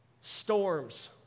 storms